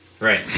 Right